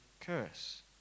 curse